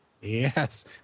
Yes